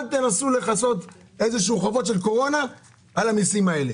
אל תנסו לכסות חובות של קורונה באמצעות המיסים האלה.